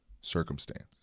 circumstance